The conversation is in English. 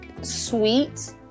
sweet